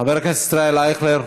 חבר הכנסת ישראל אייכלר,